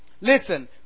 Listen